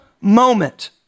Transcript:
moment